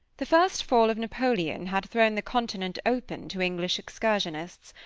the first fall of napoleon had thrown the continent open to english excursionists,